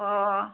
ꯑꯣ ꯑꯣ ꯑꯣ